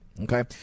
Okay